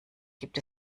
gibt